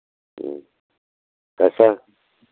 कैसा